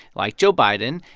like joe biden,